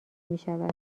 میشود